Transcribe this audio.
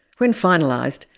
when finalised,